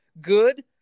good